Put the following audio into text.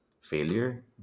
failure